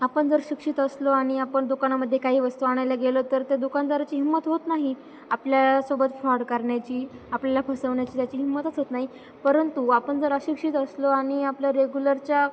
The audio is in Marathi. आपण जर शिक्षित असलो आणि आपण दुकानामध्ये काही वस्तू आणायला गेलो तर त्या दुकानदाराची हिम्मत होत नाही आपल्यासोबत फ्रॉड करण्याची आपल्याला फसवण्याची त्याची हिम्मतच होत नाही परंतु आपण जर अशिक्षित असलो आणि आपल्या रेगुलरच्या